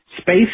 Space